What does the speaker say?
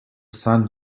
sun